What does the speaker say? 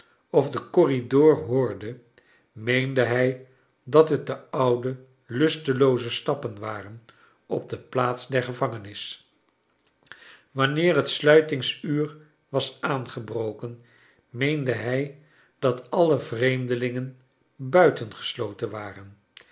of den corridor hoorde meende hij dat het de oude lustelooze stappen waren op de plaats der gevangenis wanneer het sluitingsuur was aangebroken meende hij dat alle vreemdelingen buitengesloten waren